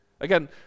Again